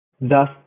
Thus